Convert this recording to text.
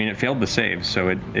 and it failed the save, so it